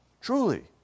Truly